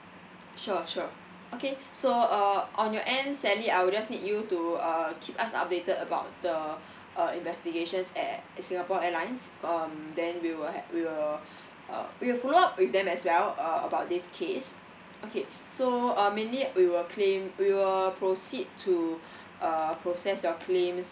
sure sure okay so uh on your end sally I will just need you to uh keep us updated about the uh investigations at singapore airlines um then we will ha~ we will uh we will follow up with them as well uh about this case okay so uh mainly we will claim we will proceed to uh process your claims